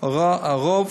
הרוב